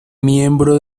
miembro